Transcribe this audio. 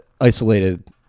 isolated